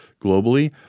globally